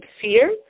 fear